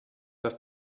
dass